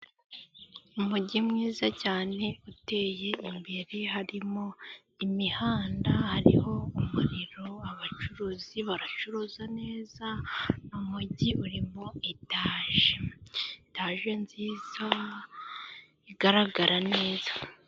Umugi mwiza cyane uteye imbere harimo imihanda, hariho umuriro abacuruzi baracuruza neza, ni umugi urimo etaje etaje nziza igaragara neza.